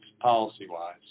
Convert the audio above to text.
policy-wise